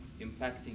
impacting